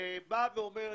שבאה ואומרת: